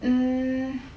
mm